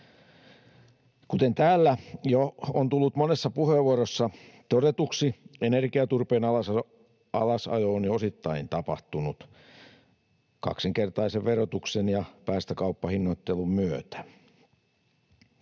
Kuten täällä jo on tullut monessa puheenvuorossa todetuksi, energiaturpeen alasajo on jo osittain tapahtunut kaksinkertaisen verotuksen ja päästökauppahinnoittelun myötä.